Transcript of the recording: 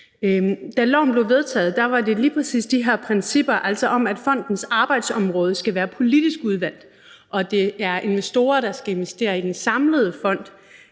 Da loven blev vedtaget, var det lige præcis de her principper, altså at fondens arbejdsområde skal være politisk udvalgt, og at det er investorer, der skal investere i den samlede fond,